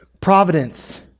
providence